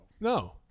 No